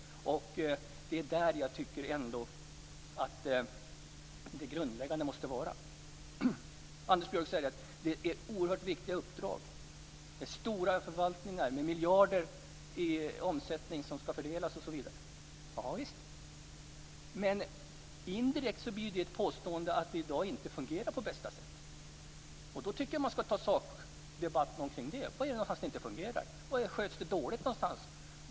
Det är det som jag tycker måste vara det grundläggande. Anders Björck säger att det är oerhört viktiga uppdrag, stora förvaltningar, med miljarder i omsättning som skall fördelas osv. Ja, men indirekt blir det ett påstående att det i dag inte fungerar på bästa sätt. Då bör man ta en sakdebatt om det: Var fungerar det inte? Var sköts det dåligt? Vad är det för fel?